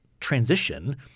transition